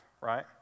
right